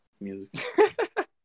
music